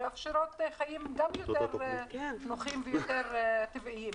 ומאפשרות חיים יותר נוחים ויותר טבעיים.